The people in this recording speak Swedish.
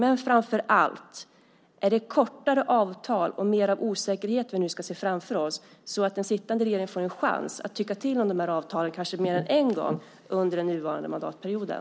Men framför allt undrar jag: Är det kortare avtalsperioder och mer av osäkerhet vi nu ska se framför oss, så att den sittande regeringen får en chans att tycka till om avtalen kanske mer än en gång under den innevarande mandatperioden?